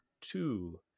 two